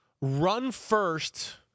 run-first